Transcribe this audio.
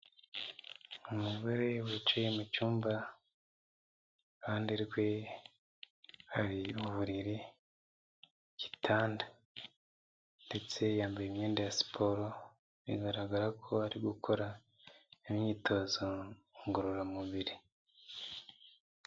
Umugore wicaye mu cyumba iruhande rwe hari uburiri, igitanda ndetse yambaye imyenda ya siporo bigaragara ko ari gukora imyitozo ngororamubiri.